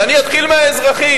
ואני אתחיל מהאזרחים.